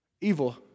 evil